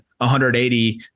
180